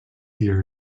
year